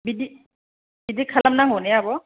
बिदि बिदि खालाम नांगौ ने आब'